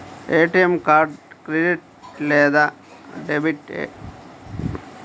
ATM card credit లేదా debit?